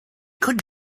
could